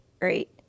right